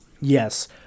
Yes